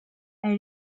elle